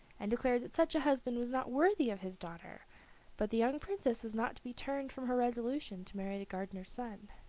and declared that such a husband was not worthy of his daughter but the young princess was not to be turned from her resolution to marry the gardener's son.